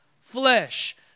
flesh